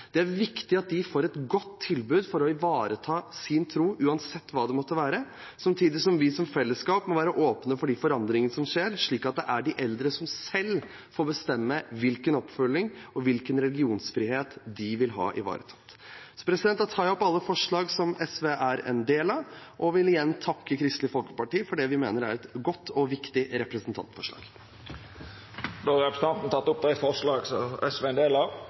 uansett hva det måtte være, samtidig som vi som fellesskap må være åpne for de forandringer som skjer, slik at det er de eldre som selv får bestemme hvilken oppfølging og hvilken religionsfrihet de vil ha ivaretatt. Jeg tar opp alle forslag der SV er medforslagsstiller, og vil igjen takke Kristelig Folkeparti for det vi mener er et godt og viktig representantforslag. Representanten Nicholas Wilkinson har teke opp dei forslaga han refererte til. Tro handler om å ivareta hele mennesket. Trosfrihet gjelder alle, uavhengig av